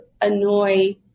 annoy